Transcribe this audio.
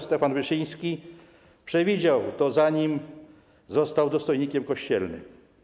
Stefan Wyszyński przewidział to, zanim został dostojnikiem kościelnym.